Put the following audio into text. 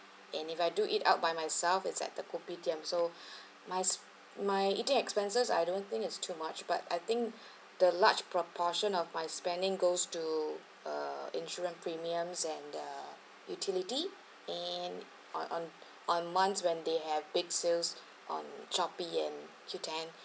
and if I do eat out by myself it's like the Kopitiam so my s~ my eating expenses I don't think is too much but I think the large proportion of my spending goes to uh insurance premiums and the utilities and on on on months when they had big sales on Shopee and Qoo10